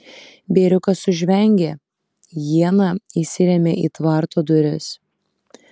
bėriukas sužvengė iena įsirėmė į tvarto duris